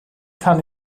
kann